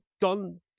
gone